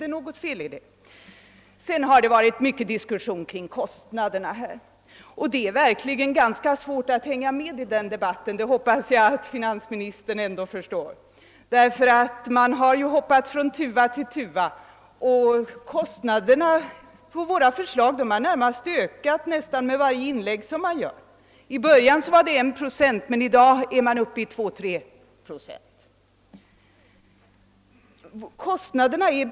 Det har varit mycken diskussion om kostnaderna, och det är verkligen ganska svårt att hänga med i den debatten, vilket jag hoppas finansministern förstår — man har ju hoppat från tuva till tuva. Kostnaderna för genomförandet av våra förslag har ökat i nästan varje inlägg som gjorts. I början uppgick de till 1 procent men i dag är de uppe i 2—3 procent. Vi har.